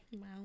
Wow